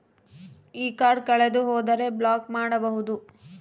ಈ ಕಾರ್ಡ್ ಕಳೆದು ಹೋದರೆ ಬ್ಲಾಕ್ ಮಾಡಬಹುದು?